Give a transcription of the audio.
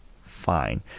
fine